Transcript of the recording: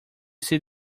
see